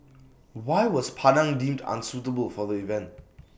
why was Padang deemed unsuitable for the event